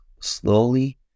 slowly